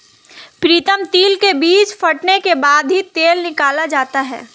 प्रीतम तिल के बीज फटने के बाद ही तेल निकाला जाता है